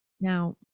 now